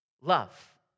Love